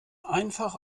einfach